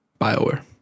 Bioware